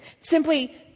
Simply